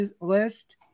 list